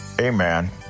Amen